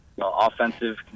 Offensive